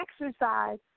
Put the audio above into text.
exercise